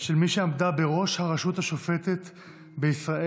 של מי שעמדה בראש הראשות השופטת בישראל,